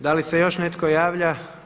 Da li se još netko javlja?